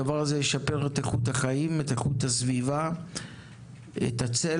הדבר הזה ישפר את איכות החיים; את איכות הסביבה; את הצל